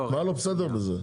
מה לא בסדר בזה?